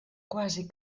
quasi